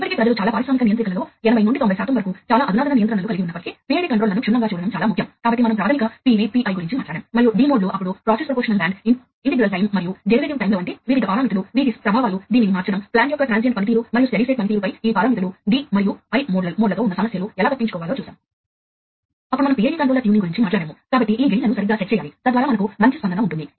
మీరు ఈ స్టేషన్ల మధ్య కార్యాచరణను కనుక మరింత సమర్థవంతమైన ఉత్పత్తి కోసం సమన్వయం చేయాలనుకుంటే అది ఇప్పుడు సాధ్యమే ఎందుకంటే డిజిటల్ కమ్యూనికేషన్ నెట్వర్క్ ద్వారా ఒక పరికరం నుండి మరొక పరికరానికి పెద్ద మొత్తంలో డేటాను పంచుకోవడం చాలా సులభం మరియు వేగంగా ఉంటుంది